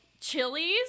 chilies